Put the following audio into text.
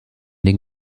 den